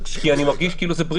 תקשיב רגע.